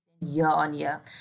year-on-year